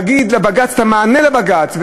להגיד לבג"ץ את המענה לבג"ץ.